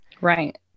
Right